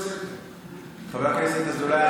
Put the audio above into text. חבר הכנסת אזולאי,